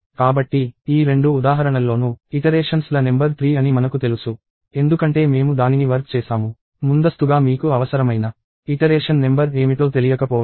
కాబట్టి ఈ రెండు ఉదాహరణల్లోనూ ఇటరేషన్స్ ల నెంబర్ 3 అని మనకు తెలుసు ఎందుకంటే మేము దానిని వర్క్ చేసాము ముందస్తుగా మీకు అవసరమైన ఇటరేషన్ నెంబర్ ఏమిటో తెలియకపోవచ్చు